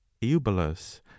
Eubulus